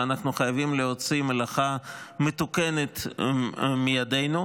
ואנחנו חייבים להוציא מלאכה מתוקנת מידינו.